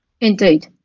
Indeed